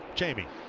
jamie.